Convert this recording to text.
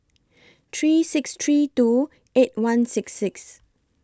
three six three two eight one six six